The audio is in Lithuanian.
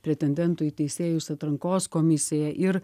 pretendentų į teisėjus atrankos komisija ir